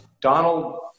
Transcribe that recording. Donald